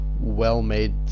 well-made